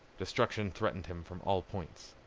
destruction threatened him from all points.